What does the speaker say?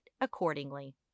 accordingly